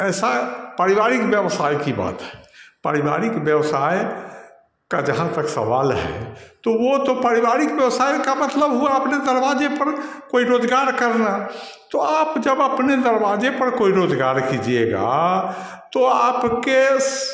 ऐसा पारिवारिक व्यवसाय की बात है पारिवारिक व्यवसाय का जहाँ तक सवाल है तो वो तो पारिवारिक व्यवसाय का मतलब हुआ अपने दरवाजे पर कोई रोजगार करना तो आप जब अपने दरवाजे पर कोई रोजगार कीजिएगा तो आपके